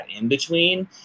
in-between